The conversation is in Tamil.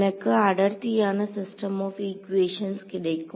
எனக்கு அடர்த்தியான சிஸ்டம் ஆப் ஈக்குவேஷன்ஸ் கிடைக்கும்